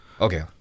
okay